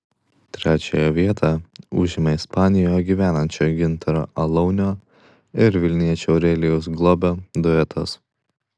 trečiąją vietą užėmė ispanijoje gyvenančio gintaro alaunio ir vilniečio aurelijaus globio duetas